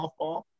softball